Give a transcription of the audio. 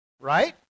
Right